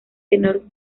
tenor